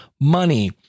money